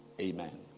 Amen